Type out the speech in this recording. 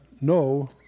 no